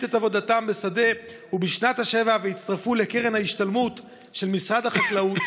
את עבודתם בשדה בשנת השבע והצטרפו לקרן ההשתלמות של משרד החקלאות,